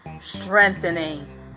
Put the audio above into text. Strengthening